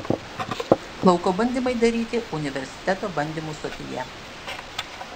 lauko bandymai daryti universiteto bandymų stotyje